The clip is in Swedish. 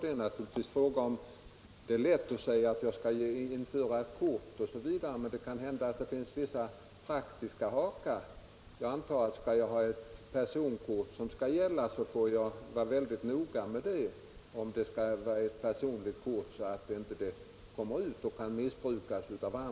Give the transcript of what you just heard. Det är t.ex. lätt att säga att jag skall införa kort, men det kan hända att det finns vissa praktiska hakar som man också måste ta hänsyn till. Om det skall vara ett personligt kort som skall gälla, måste man vara mycket noga med att det inte kommer på avvägar och missbrukas av obehöriga.